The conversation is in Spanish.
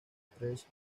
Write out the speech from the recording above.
tres